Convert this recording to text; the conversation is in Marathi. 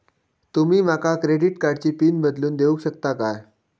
तुमी माका क्रेडिट कार्डची पिन बदलून देऊक शकता काय?